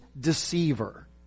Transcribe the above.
deceiver